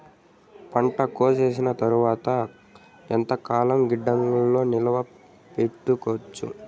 పంట కోసేసిన తర్వాత ఎంతకాలం గిడ్డంగులలో నిలువ పెట్టొచ్చు?